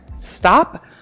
stop